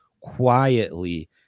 quietly